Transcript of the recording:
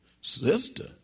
sister